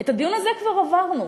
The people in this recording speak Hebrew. את הדיון הזה כבר עברנו.